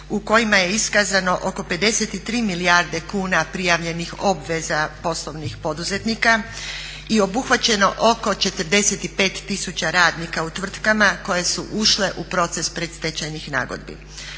u kojima je iskazano oko 53 milijarde kuna prijavljenih obveza poslovnih poduzetnika i obuhvaćeno oko 45 tisuća radnika u tvrtkama koje su ušle u proces predstečajnih nagodbi.